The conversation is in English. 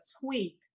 tweet